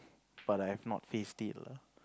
but I have not faced it lah